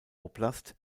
oblast